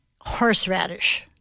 horseradish